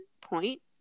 point